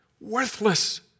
worthless